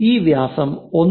ഈ വ്യാസം 1